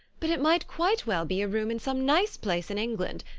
but it might quite well be a room in some nice place in england,